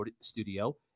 studio